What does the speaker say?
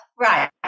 right